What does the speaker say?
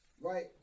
right